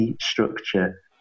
structure